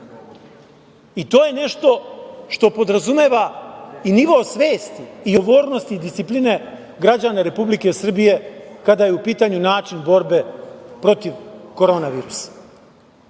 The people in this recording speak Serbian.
I to je nešto što podrazumeva i nivo svesti i odgovornosti i discipline građana Republike Srbije kada je u pitanju način borbe protiv Koronavirusa. Mi